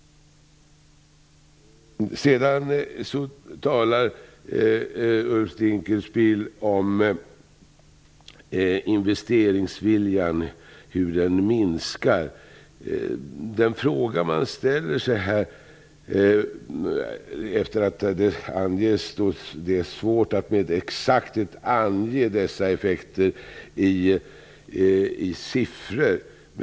Ulf Dinkelspiel talar om hur investeringsviljan minskar. Han säger att ''det kan vara svårt att med exakthet ange dessa effekter i siffror''.